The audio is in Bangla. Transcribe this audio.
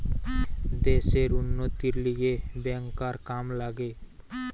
দ্যাশের উন্নতির লিগে ব্যাংকার কাম লাগে